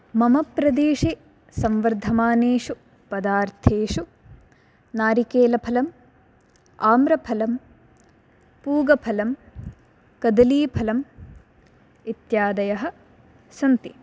मम प्रदेशे संवर्धमानेषु पदार्थेषु नारिकेलफलम् आम्रफलं पूगफलं कदलीफलम् इत्यादयः सन्ति